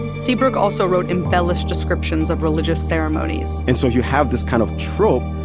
seabrook also wrote embellished descriptions of religious ceremonies and so you have this kind of trope.